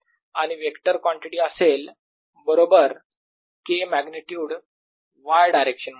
आणि vector quantity असेल बरोबर K मॅग्निट्युड y डायरेक्शन मध्ये